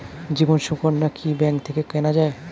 জীবন সুকন্যা কি ব্যাংক থেকে কেনা যায়?